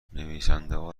نویسندهها